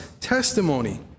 testimony